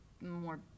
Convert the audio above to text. more